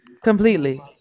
Completely